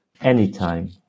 anytime